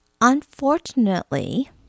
unfortunately